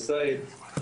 אל סייד,